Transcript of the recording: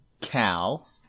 Cal